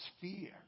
fear